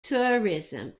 tourism